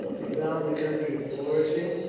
they found the country flourishing.